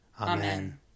Amen